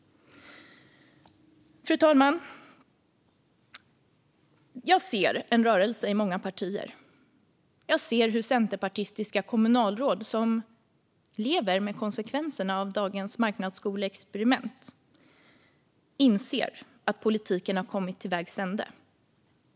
Fru talman! Jag ser en rörelse i många partier. Jag ser hur centerpartistiska kommunalråd som lever med konsekvenserna av dagens marknadsskoleexperiment inser att politiken har kommit till vägs ände.